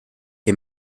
que